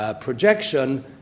projection